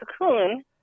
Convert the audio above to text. cocoon